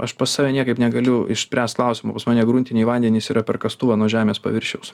aš pas save niekaip negaliu išspręst klausimo pas mane gruntiniai vandenys yra per kastuvą nuo žemės paviršiaus